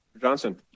Johnson